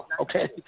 okay